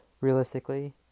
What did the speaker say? realistically